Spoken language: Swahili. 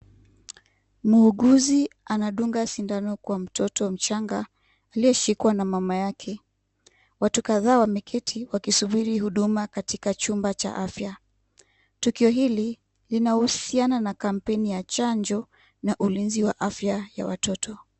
Muuguzi anadunga sindano kwa mtoto mchanga aliyeshikwa na mama yake. Watu kadhaa wameketi wakisubiri huduma katika chumba cha afya. Tukio hili linahusiana na campaign ya chanjo na ulinzi wa afya ya watoto.